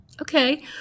Okay